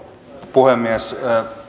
puhemies